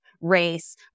race